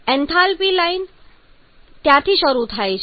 enthalpy line ત્યાંથી શરૂ થાય છે